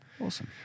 awesome